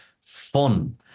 fun